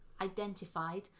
Identified